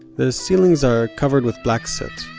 the ceilings are covered with black soot,